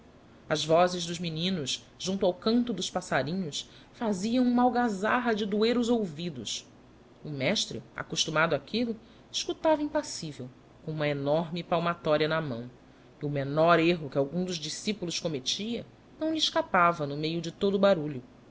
as vozes dos meninos junto ao canto dos passarinhos faziam uma algazarra de doer os ouvidos o mestre acostumado áquillo escutada impassivel com uma enorme palmatória na mão e o menor erro que algum dos discipulos commettianão lhe escapava no meio de todo o barulho